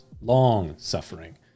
long-suffering